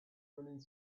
running